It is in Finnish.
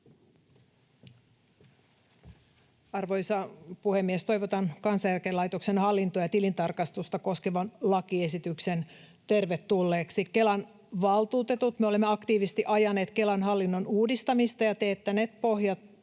Arvoisa puhemies! Toivotan Kansaneläkelaitoksen hallintoa ja tilintarkastusta koskevan lakiesityksen tervetulleeksi. Me Kelan valtuutetut olemme aktiivisesti ajaneet Kelan hallinnon uudistamista ja teettäneet pohjatyötä